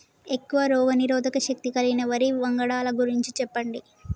ఎక్కువ రోగనిరోధక శక్తి కలిగిన వరి వంగడాల గురించి చెప్పండి?